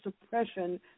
suppression